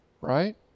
right